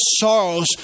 sorrows